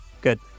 Good